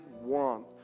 want